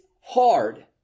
hard